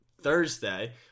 thursday